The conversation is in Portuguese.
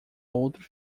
outro